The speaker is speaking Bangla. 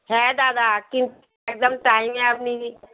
হ্যাঁ দাদা কিন্ত একদম টাইমে আপনি